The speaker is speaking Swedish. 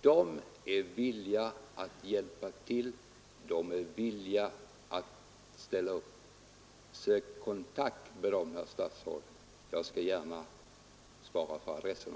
De är villiga att hjälpa till, de är villiga att ställa upp. Sök kontakt med dem, herr statsråd! Jag skall gärna lämna adresserna.